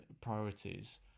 priorities